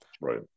right